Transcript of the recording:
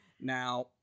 Now